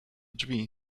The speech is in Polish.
drzwi